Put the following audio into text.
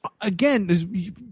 again